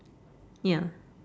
ya